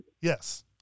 Yes